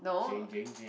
no